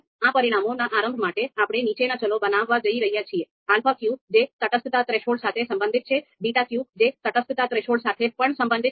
આ પરિમાણોના આરંભ માટે આપણે નીચેના ચલો બનાવવા જઈ રહ્યા છીએ alpha q જે તટસ્થતા થ્રેશોલ્ડ સાથે સંબંધિત છે beta q જે તટસ્થતા થ્રેશોલ્ડ સાથે પણ સંબંધિત છે